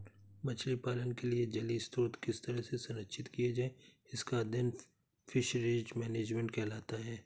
मछली पालन के लिए जलीय स्रोत किस तरह से संरक्षित किए जाएं इसका अध्ययन फिशरीज मैनेजमेंट कहलाता है